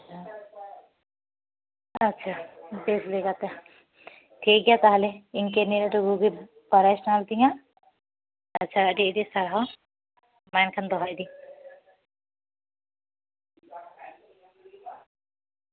ᱟᱪᱪᱷᱟ ᱵᱮᱥᱞᱮᱠᱟᱛᱮ ᱴᱷᱤᱠᱜᱮᱭᱟ ᱛᱟᱦᱚᱞᱮ ᱤᱱᱠᱟᱹ ᱱᱤᱭᱟᱹ ᱴᱩᱠᱩ ᱜᱮ ᱵᱟᱲᱟ ᱥᱟᱱᱟ ᱛᱟᱦᱮᱸᱠᱟᱱ ᱛᱤᱧᱟᱹ ᱟᱪᱪᱷᱟ ᱟᱹᱰᱤ ᱟᱹᱰᱤ ᱥᱟᱨᱦᱟᱣ ᱢᱟ ᱮᱱᱠᱷᱟᱱ ᱫᱚᱦᱚᱭᱫᱟᱹᱧ